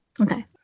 Okay